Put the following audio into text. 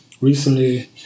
Recently